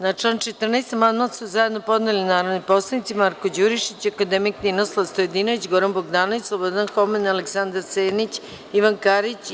Na član 14. amandman su zajedno podneli narodni poslanici Marko Đurišić, akademik Ninoslav Stojadinović, Goran Bogdanović, Slobodan Homen, Aleksandar Senić, Ivan Karić i